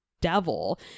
devil